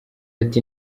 ati